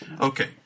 Okay